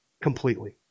completely